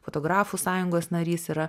fotografų sąjungos narys yra